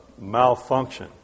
malfunction